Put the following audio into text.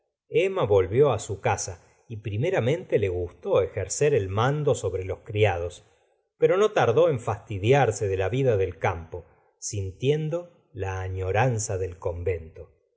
emma volvió á su casa y primeramente le gustó ejercer el mando sobre los criados pero no tardó en fastidiarse de la vida del campo sintiendo la añoranza del convento